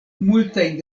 multajn